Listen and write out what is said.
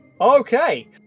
Okay